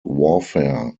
warfare